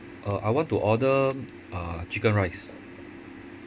uh I want to order a chicken rice